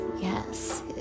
yes